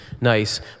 nice